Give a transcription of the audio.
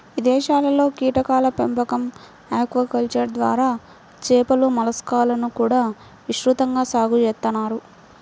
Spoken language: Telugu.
ఇదేశాల్లో కీటకాల పెంపకం, ఆక్వాకల్చర్ ద్వారా చేపలు, మలస్కాలను కూడా విస్తృతంగా సాగు చేత్తన్నారు